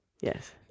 Yes